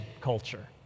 culture